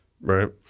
right